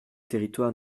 territoire